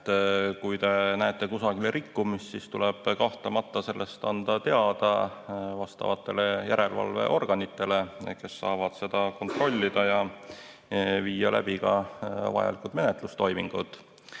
Kui te näete kusagil rikkumist, siis tuleb kahtlemata sellest anda teada vastavatele järelevalveorganitele, kes saavad seda kontrollida ja teha ka vajalikud menetlustoimingud.